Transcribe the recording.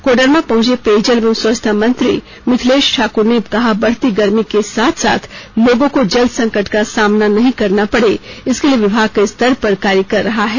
कोडरमा पहुंचे पेयजल एवं स्वच्छता मंत्री मिथिलेश ठाक्र ने कहा बढ़ती गर्मी के साथ साथ लोगों को जल संकट का सामना नहीं करना पड़े इसके लिए विभाग कई स्तर पर कार्य कर रहा है